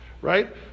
Right